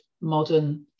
modern